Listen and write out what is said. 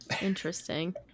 interesting